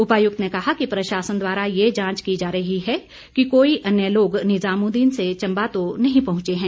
उपायुक्त ने कहा कि प्रशासन द्वारा ये जांच की जा रही है कि कोई अन्य लोग निजामुदीन से चम्बा तो नहीं पहुंचे हैं